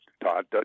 Todd